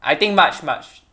I think march march